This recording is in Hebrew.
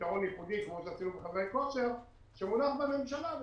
כמו שעשינו עם חדרי כושר, שמונח בממשלה.